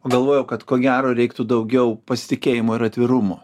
galvojau kad ko gero reiktų daugiau pasitikėjimo ir atvirumo